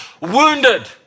wounded